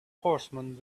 horsemen